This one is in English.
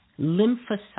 Lymphocytes